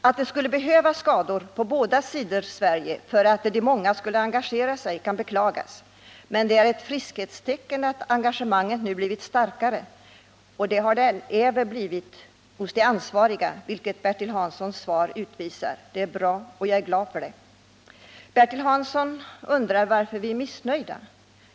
Att det skulle behöva inträffa skador på båda sidor av Sverige för att de många skulle engagera sig kan beklagas, men det är ett friskhetstecken att engagemanget nu blivit starkare. Det har det även blivit hos de ansvariga, vilket Bertil Hanssons svar visar. Det är bra, och jag är glad för det. Bertil Hansson frågade varför vi är missnöjda.